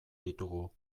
ditugu